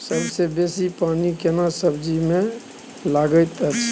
सबसे बेसी पानी केना सब्जी मे लागैत अछि?